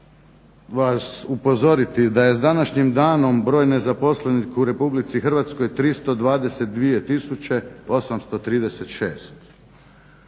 vas upozoriti da je s današnjim danom broj nezaposlenih u Republici Hrvatskoj 322 836.